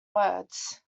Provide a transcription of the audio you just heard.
words